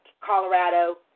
Colorado